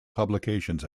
publications